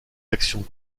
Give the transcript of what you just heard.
actions